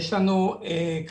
יש לנו כרגע,